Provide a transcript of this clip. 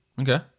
Okay